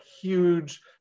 huge